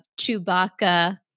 Chewbacca